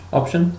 option